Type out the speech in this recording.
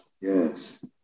yes